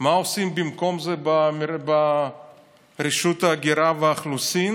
מה עושים במקום זה ברשות ההגירה והאוכלוסין?